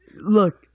look